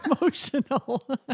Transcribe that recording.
emotional